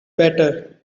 better